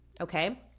okay